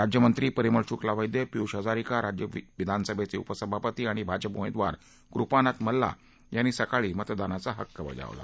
राज्यमंत्री परिमल शुक्ला वैद्य पियूष हजारिका राज्य विधानसभेचे उपसभापती आणि भाजपा उमेदवार कृपानाथ मल्ला यांनी सकाळी मतदानाचा हक्क बजावला